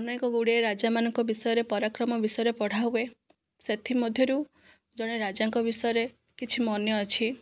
ଅନେକ ଗୁଡ଼ିଏ ରାଜାମାନଙ୍କ ବିଷୟରେ ପରାକ୍ରମ ବିଷୟରେ ପଢ଼ା ହୁଏ ସେଥି ମଧ୍ୟରୁ ଜଣେ ରାଜାଙ୍କ ବିଷୟରେ କିଛି ମନେ ଅଛି